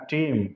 Team